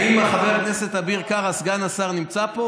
האם חבר הכנסת אביר קארה, סגן השר, נמצא פה